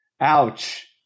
ouch